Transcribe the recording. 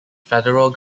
federal